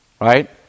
right